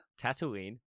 Tatooine